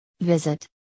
visit